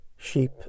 Sheep